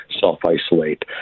self-isolate